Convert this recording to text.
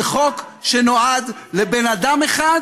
זה חוק שנועד לבן אדם אחד